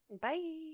Bye